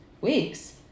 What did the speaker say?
Weeks